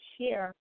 share